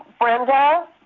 Brenda